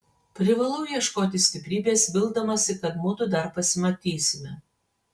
privalau ieškoti stiprybės vildamasi kad mudu dar pasimatysime